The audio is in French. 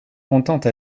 contente